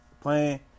Playing